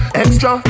extra